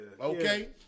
Okay